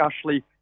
Ashley